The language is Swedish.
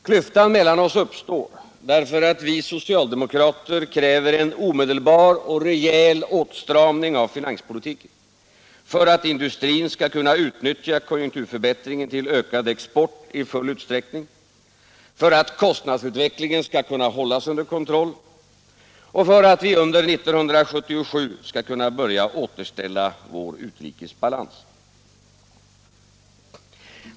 Klyftan mellan oss uppstår därför att vi socialdemokrater kräver en omedelbar och rejäl åtstramning av finanspolitiken för att industrin skall kunna utnyttja konjunkturförbättringen till ökad export i full utsträckning, för att kostnadsutvecklingen skall kunna hållas under kontroll och för att vi under 1977 skall kunna börja återställa vår utrikesbalans.